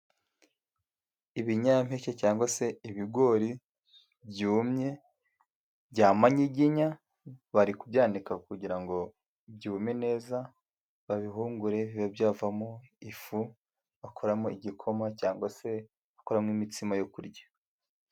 Ibinyampeke cyangwa se ibigori byumye bya manyiginya, bari kubyanika kugira ngo byume neza, babihungure, bibe byavamo ifu bakoramo igikoma cyangwa se bakoramo imitsima yo kurya.